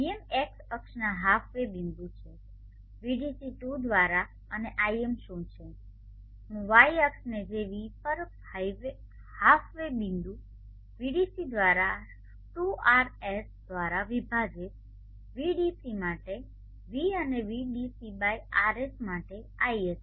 Vm x અક્ષ ના halfway બિંદુ છે Vdc 2 દ્વારા અને Im શું છે હું y અક્ષને જે વીપર હાફવે બિંદુ Vdc દ્વારા 2RS દ્વારા વિભાજિત Vdc માટે V∞ અને VDC બાય RS માટે Isc